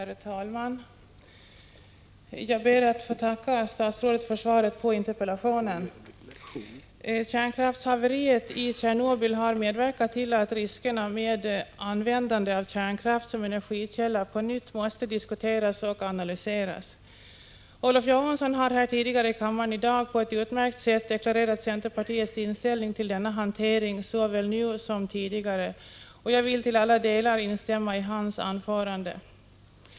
Herr talman! Jag ber att få tacka statsrådet för svaret på interpellationen. Kärnkraftshaveriet i Tjernobyl har medverkat till att riskerna med användande av kärnkraft som energikälla på nytt måste diskuteras och analyseras. Olof Johansson har i den föregående debatten på ett utmärkt sätt deklarerat centerpartiets inställning till denna hantering såväl nu som tidigare, och jag vill till alla delar instämma i hans anförande.